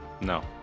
No